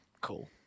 Cool